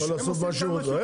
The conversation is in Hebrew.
הוא יכול לעשות מה שהוא רוצה?